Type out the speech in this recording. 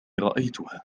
رأيتها